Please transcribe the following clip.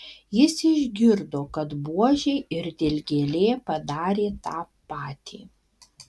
jis išgirdo kad buožė ir dilgėlė padarė tą patį